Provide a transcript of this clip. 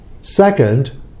Second